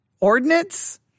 ordinance